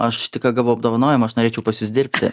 aš tik ką gavau apdovanojimą aš norėčiau pas jus dirbti